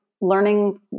learning